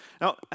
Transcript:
Now